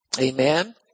Amen